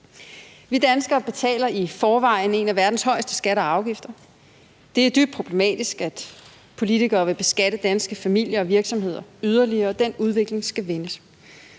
Vi danskere betaler i forvejen nogle af verdens højeste skatter og afgifter. Det er dybt problematisk, at politikere vil beskatte danske familier og virksomheder yderligere, og den udvikling skal vendes.